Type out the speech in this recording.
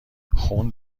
خون